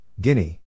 Guinea